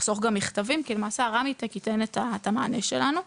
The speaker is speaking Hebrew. יחסוך גם מכתבים כי למעשה הרמיטק ייתן את המענה שלנו.